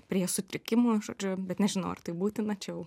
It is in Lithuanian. prie sutrikimų žodžiu bet nežinau ar tai būtina čia jau